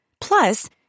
Plus